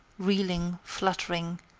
reeling, fluttering,